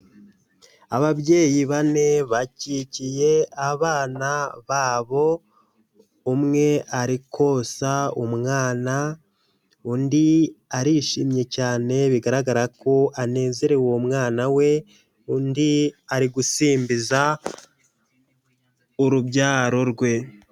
Ababyeyi bane bakikiye abana babo, umwe arikonsa umwana, undi arishimye cyane, bigaragara ko anezerewe uwo mwana, we undi ari gusimbiza urubyaro rwe.